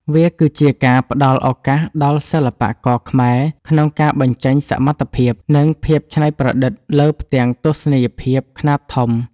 វាគឺជាការផ្ដល់ឱកាសដល់សិល្បករខ្មែរក្នុងការបញ្ចេញសមត្ថភាព និងភាពច្នៃប្រឌិតលើផ្ទាំងទស្សនីយភាពខ្នាតធំ។